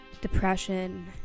depression